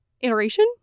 iteration